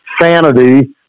sanity